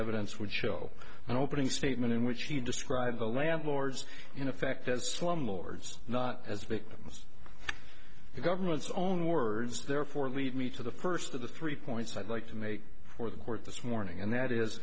evidence would show an opening statement in which he described the landlords in effect as slumlords not as victims the government's own words therefore lead me to the first of the three points i'd like to make for the court this morning and that is